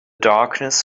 darkness